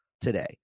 today